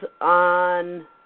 on